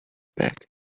back